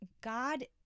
god